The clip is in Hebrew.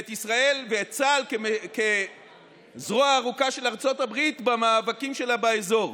את ישראל ואת צה"ל כזרוע הארוכה של ארצות הברית במאבקים שלה באזור.